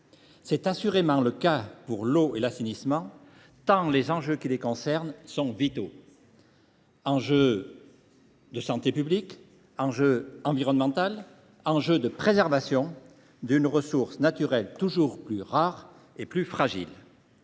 est assurément le cas pour l’eau et l’assainissement, tant les enjeux qui les concernent sont vitaux, qu’il s’agisse de santé publique, d’environnement ou de préservation d’une ressource naturelle toujours plus rare et fragile.